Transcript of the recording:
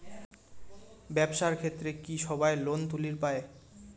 ব্যবসার ক্ষেত্রে কি সবায় লোন তুলির পায়?